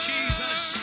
Jesus